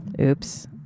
Oops